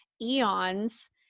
eons